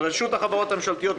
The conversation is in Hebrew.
רשות החברות הממשלתיות,